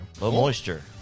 Low-moisture